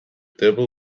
devil